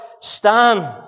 stand